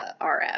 RF